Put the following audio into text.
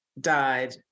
died